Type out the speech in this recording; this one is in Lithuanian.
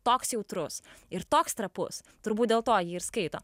toks jautrus ir toks trapus turbūt dėl to jį ir skaito